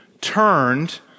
turned